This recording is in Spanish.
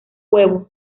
huevo